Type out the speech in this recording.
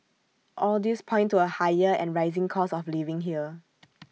all these point to A higher and rising cost of living here